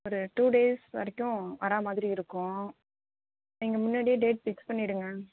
ஒரு two days வரைக்கும் வர மாதிரி இருக்கும் நீங்கள் முன்னாடியே டேட் ஃபிக்ஸ் பண்ணிவிடுங்க